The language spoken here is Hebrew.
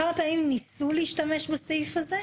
כמה פעמים ניסו להשתמש בסעיף הזה,